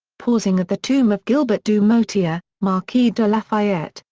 pausing at the tomb of gilbert du motier, marquis de lafayette,